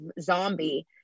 Zombie